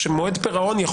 כאשר מועד פירעון,